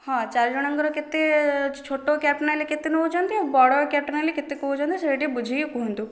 ହଁ ଚାରିଜଣଙ୍କର କେତେ ଛୋଟ କ୍ୟାବ୍ଟେ ନେଲେ କେତେ ନେଉଛନ୍ତି ଆଉ ବଡ଼ କ୍ୟାବ୍ଟେ ନେଲେ କେତେ କହୁଛନ୍ତି ସେଇଟି ବୁଝିକି କୁହନ୍ତୁ